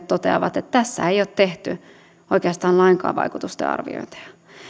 toteavat että tässä ei ole tehty oikeastaan lainkaan vaikutusten arviointeja